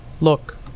Look